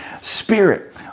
spirit